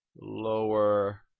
lower